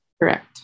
correct